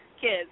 kids